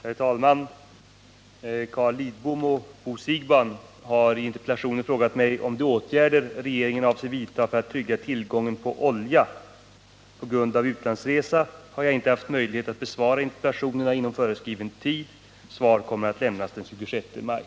Herr talman! Carl Lidbom och Bo Siegbahn har i interpellationer frågat mig om de åtgärder regeringen avser vidta för att trygga tillgången på olja. På grund av utlandsresa har jag inte haft möjlighet att besvara interpellationerna inom föreskriven tid. Svar kommer att lämnas den 26 maj.